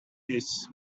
his